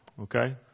okay